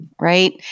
right